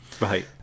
Right